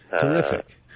Terrific